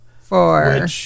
four